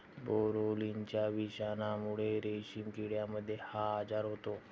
बोरोलिनाच्या विषाणूमुळे रेशीम किड्यांमध्ये हा आजार होतो